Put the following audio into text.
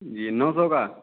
जी नौ सौ का